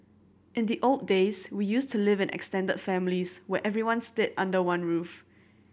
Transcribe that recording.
in the old days we used to live in extended families where everyone stayed under one roof